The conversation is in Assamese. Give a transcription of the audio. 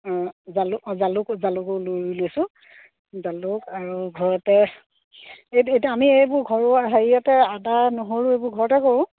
অঁ জালুক অঁ জালুক জালুকো ৰুই লৈছোঁ জালুক আৰু ঘৰতে এই এতিয়া আমি এইবোৰ ঘৰুৱা হেৰিয়তে আদা নহৰু এইবোৰ ঘৰতে কৰোঁ